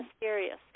mysterious